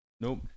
Nope